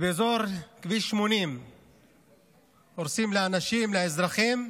באזור כביש 80 הורסים לאנשים, לאזרחים,